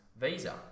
visa